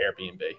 Airbnb